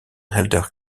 helder